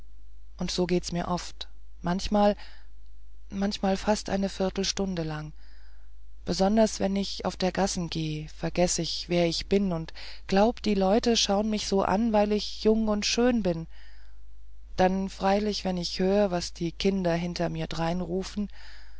und so geht's mir oft manchmal manchmal fast eine viertelstunde lang besonders wenn ich auf der gassen geh vergess ich wer ich bin und glaub die leute schauen mich so an weil ich jung und schön bin dann freilich wenn ich hör was die kinder hinter mir dreinrufen